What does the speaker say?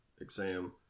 exam